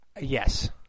Yes